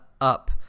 up